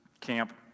camp